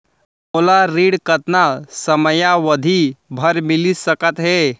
मोला ऋण कतना समयावधि भर मिलिस सकत हे?